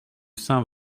saint